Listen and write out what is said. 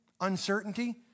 uncertainty